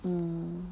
mm